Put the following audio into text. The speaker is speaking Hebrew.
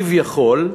כביכול,